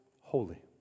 holy